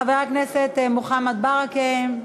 חבר הכנסת מוחמד ברכה,